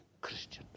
Christians